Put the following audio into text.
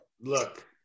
Look